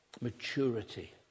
maturity